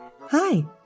Hi